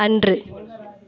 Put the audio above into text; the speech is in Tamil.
அன்று